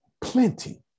plenty